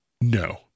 no